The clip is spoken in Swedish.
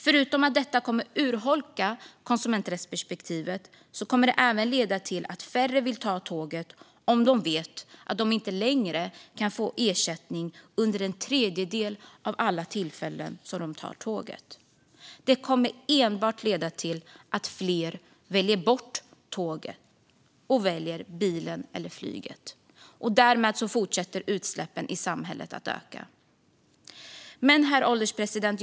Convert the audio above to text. Förutom att detta kommer att urholka konsumenträttsperspektivet kommer det även att leda till att färre vill ta tåget om de vet att de inte längre kan få ersättning vid en tredjedel av alla tillfällen som de tar tåget. Detta kommer enbart att leda till att fler väljer bort tåg och i stället väljer bil eller flyg. Därmed fortsätter utsläppen i samhället att öka. Herr ålderspresident!